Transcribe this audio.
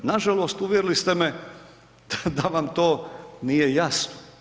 Nažalost uvjerili ste me da vam to nije jasno.